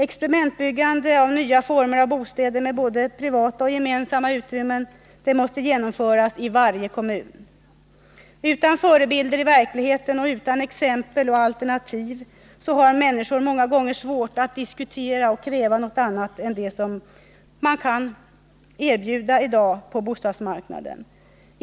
Experimentbyggandet av nya former av bostäder med både privata och gemensamma utrymmen måste genomföras i varje kommun. Utan förebilder i verkligheten och utan exempel och alternativ har människorna många gånger svårt att diskutera och kräva något annat än det som bostadsmarknaden i dag kan erbjuda dem.